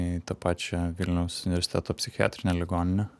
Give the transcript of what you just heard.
į tą pačią vilniaus universiteto psichiatrinę ligoninę